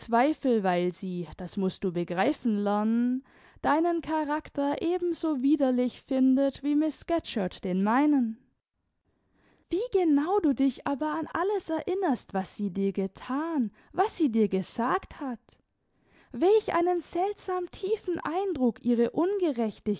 weil sie das mußt du begreifen lernen deinen charakter ebenso widerlich findet wie miß scatcherd den meinen wie genau du dich aber an alles erinnerst was sie dir gethan was sie dir gesagt hat welch einen seltsam tiefen eindruck ihre